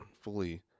fully